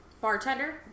Bartender